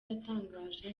yatangaje